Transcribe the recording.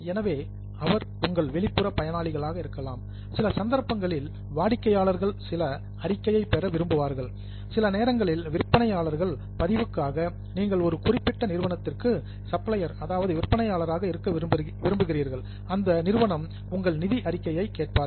எனவே அவர் உங்கள் வெளிப்புற பயனாளிகளாக இருக்கலாம் சில சந்தர்ப்பங்களில் வாடிக்கையாளர் சில அறிக்கையை பெற விரும்புகிறார்கள் சில நேரங்களில் விற்பனையாளர் பதிவுக்காக நீங்கள் ஒரு குறிப்பிட்ட நிறுவனத்திற்கு சப்ளையர் விற்பனையாளராக இருக்க விரும்புகிறீர்கள் அந்த நிறுவனம் உங்கள் நிதி அறிக்கையை கேட்பார்கள்